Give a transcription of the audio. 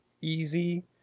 easy